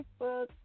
Facebook